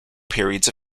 periods